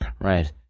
Right